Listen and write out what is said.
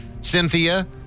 Cynthia